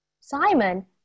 Simon